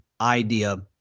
idea